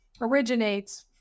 originates